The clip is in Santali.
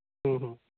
ᱦᱮᱸ ᱦᱮᱸ